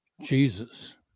Jesus